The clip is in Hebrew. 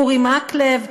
אורי מקלב,